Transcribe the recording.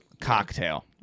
cocktail